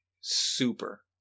super